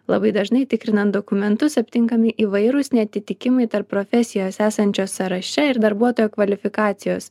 labai dažnai tikrinant dokumentus aptinkami įvairūs neatitikimai tarp profesijos esančios sąraše ir darbuotojo kvalifikacijos